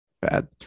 Bad